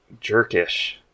jerkish